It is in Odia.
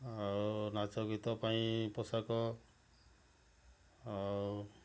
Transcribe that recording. ଆଉ ନାଚ ଗୀତ ପାଇଁ ପୋଷାକ ଆଉ